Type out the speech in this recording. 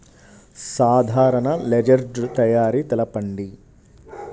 సాధారణ లెడ్జెర్ తయారి తెలుపండి?